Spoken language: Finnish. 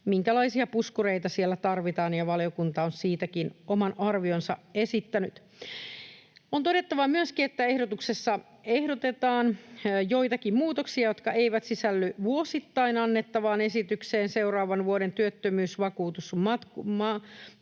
minkälaisia puskureita siellä tarvitaan, ja valiokunta on siitäkin oman arvionsa esittänyt. On todettava myöskin, että ehdotuksessa ehdotetaan joitakin muutoksia, jotka eivät sisälly vuosittain annettavaan esitykseen seuraavan vuoden työttömyysvakuutusmaksuista.